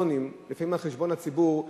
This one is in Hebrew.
לפעמים על חשבון הציבור,